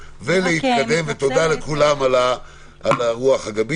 -- ולהתקדם, ותודה לכולם על הרוח הגבית.